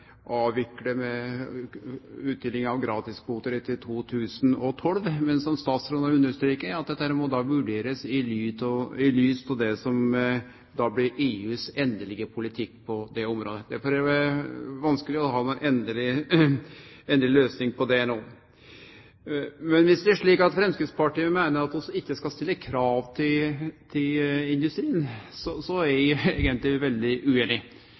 avvikle utdelinga av gratiskvotar etter 2012, men som statsråden har understreka, må dette vurderast i lys av det som blir EUs endelege politikk på det området. Det er vanskeleg å ha noka endeleg løysing på det no. Dersom det er slik at Framstegspartiet meiner at vi ikkje skal stille krav til industrien, er eg eigentleg veldig ueinig.